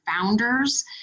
founders